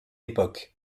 époque